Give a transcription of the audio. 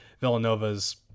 Villanova's